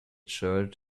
shirt